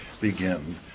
begin